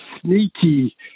Sneaky